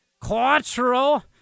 quattro